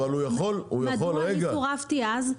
יש לי שאלה, מדוע סורבתי אז?